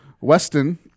Weston